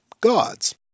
gods